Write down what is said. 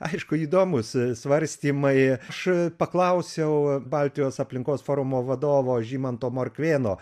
aišku įdomūs svarstymai aš paklausiau baltijos aplinkos forumo vadovo žymanto morkvėno